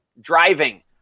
driving